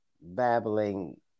babbling